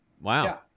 wow